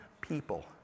people